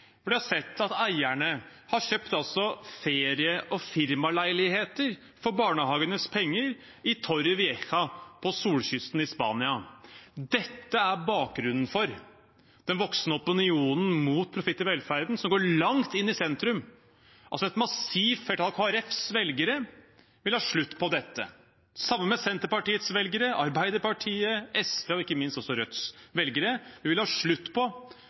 har kjøpt ferie- og firmaleiligheter for barnehagens penger i Torrevieja på solkysten i Spania. Dette er bakgrunnen for den voksende opinionen mot profitt i velferden, som går langt inn i sentrum. Et massivt flertall av Kristelig Folkepartis velgere vil ha slutt på dette. Det samme gjelder Senterpartiets, Arbeiderpartiets og SVs velgere, og ikke minst vil også Rødts velgere ha slutt på